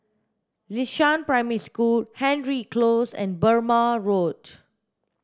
Xishan Primary School Hendry Close and Burmah Road